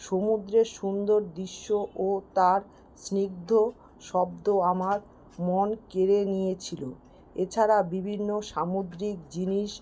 সমুদ্রের সুন্দর দৃশ্য ও তার স্নিগ্ধ শব্দ আমার মন কেড়ে নিয়েছিল এছাড়া বিভিন্ন সামুদ্রিক জিনিস